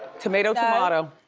tomato, tomato.